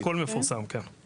הכל מפורסם, כן.